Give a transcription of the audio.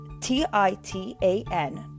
t-i-t-a-n